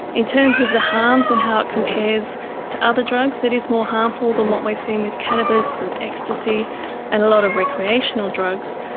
in terms of the harms and how it compares to other drugs, it is more harmful than what we've seen with cannabis and ecstasy and a lot of recreational drugs.